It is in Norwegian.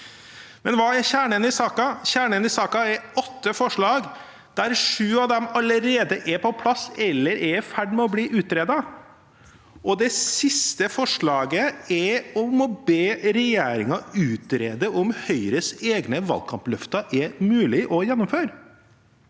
Hva er kjernen i saken? Kjernen i saken er åtte forslag der sju av dem allerede er på plass eller er i ferd med å bli utredet. Det siste forslaget er å be regjeringen utrede om Høyres egne valgkampløfter er mulig å gjennomføre.